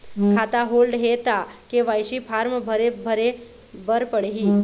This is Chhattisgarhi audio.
खाता होल्ड हे ता के.वाई.सी फार्म भरे भरे बर पड़ही?